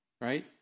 Right